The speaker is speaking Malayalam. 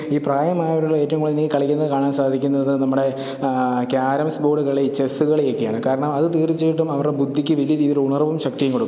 ഈ പ്രായമായവരുടെ ഏറ്റവും കൂടുതൽ കളിക്കുന്നത് കാണാൻ സാധിക്കുന്നത് നമ്മുടെ ക്യാരംസ് ബോർഡ് കളി ചെസ്സ് കളി ഒക്കെയാണ് കാരണം അത് തീർച്ചയായിട്ടും അവരുടെ ബുദ്ധിക്ക് വലിയ രീതിയിൽ ഉണർവ്വും ശക്തിയും കൊടുക്കും